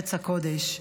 בארץ הקודש.